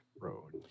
road